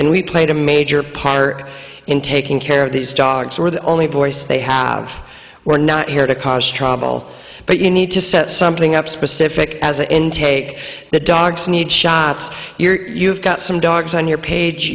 and we played a major part in taking care of these dogs were the only voice they have we're not here to cause trouble but you need to set something up specific as an intake the dogs need shots you're have got some dogs on your page